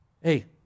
Hey